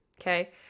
Okay